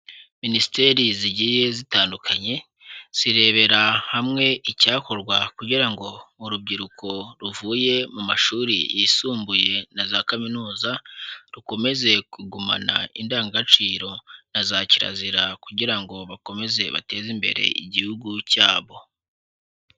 Minisiteri zigiye zitandukanye, zirebera hamwe icyakorwa kugira ngo urubyiruko ruvuye mu mashuri yisumbuye na zakaminuza, rukomeze kugumana indangagaciro na zakirazira kugira ngo bakomeze bateze imbere Igihugu cyabo.